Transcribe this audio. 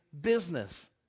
business